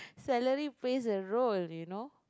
salary plays a role you know